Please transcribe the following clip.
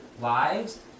lives